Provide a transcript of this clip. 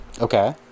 Okay